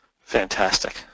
Fantastic